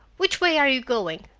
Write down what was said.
which way are you going?